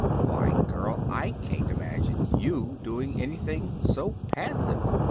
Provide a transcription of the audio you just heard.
why, girl, i can't imagine you doing anything so passive.